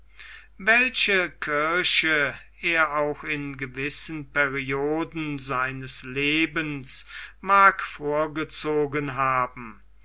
welche kirche er auch in gewissen perioden seines lebens mag vorgezogen haben